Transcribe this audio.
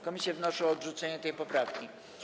Komisje wnoszą o odrzucenie tej poprawki.